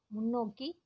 முன்னோக்கி